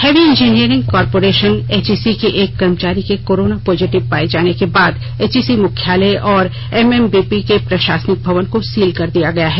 heavy engineering corporation HEC के एक कर्मचारी के कोरोना पॉजिटिव पाये जाने के बाद एचईसी मुख्यालय और एमएमबीपी के प्र ाासनिक भवन को सील कर दिया गया है